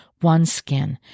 OneSkin